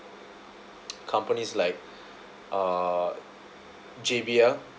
companies like uh J_B_L